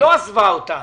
והקורונה לא עזבה אותנו,